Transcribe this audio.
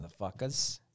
motherfuckers